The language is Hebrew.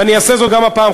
ואני אעשה זאת גם הפעם,